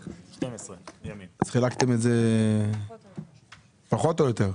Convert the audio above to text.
12. חילקתם את זה פחות או יותר?